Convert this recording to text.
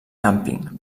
càmping